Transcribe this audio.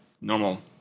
normal